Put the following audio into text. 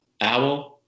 Owl